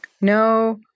no